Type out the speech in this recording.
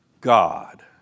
God